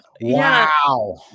Wow